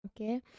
Okay